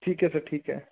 ਠੀਕ ਹੈ ਸਰ ਠੀਕ ਹੈ